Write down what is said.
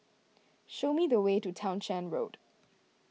show me the way to Townshend Road